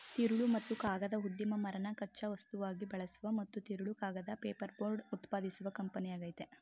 ತಿರುಳು ಮತ್ತು ಕಾಗದ ಉದ್ಯಮ ಮರನ ಕಚ್ಚಾ ವಸ್ತುವಾಗಿ ಬಳಸುವ ಮತ್ತು ತಿರುಳು ಕಾಗದ ಪೇಪರ್ಬೋರ್ಡ್ ಉತ್ಪಾದಿಸುವ ಕಂಪನಿಯಾಗಯ್ತೆ